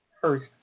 first